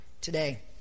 today